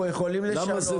אנחנו יכולים לשנות.